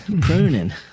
pruning